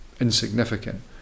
insignificant